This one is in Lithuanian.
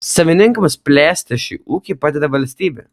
savininkams plėsti šį ūkį padeda valstybė